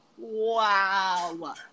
wow